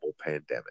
pandemic